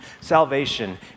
Salvation